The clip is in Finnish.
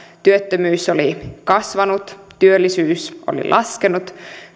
työttömyys oli kasvanut työllisyys oli laskenut